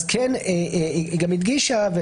היא גם הדגישה,